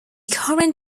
current